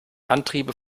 antriebe